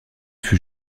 fut